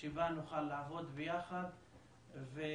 שבה נוכל לעבוד ביחד ולשקם,